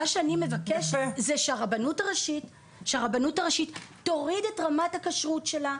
מה שאני מבקשת זה שהרבנות הראשית תוריד את רמת הכשרות שלה,